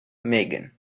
meghan